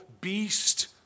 beast